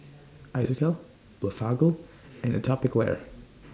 Isocal Blephagel and Atopiclair